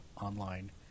online